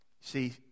See